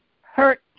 hurt